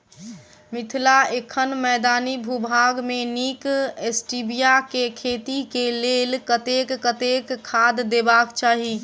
मिथिला एखन मैदानी भूभाग मे नीक स्टीबिया केँ खेती केँ लेल कतेक कतेक खाद देबाक चाहि?